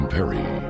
Perry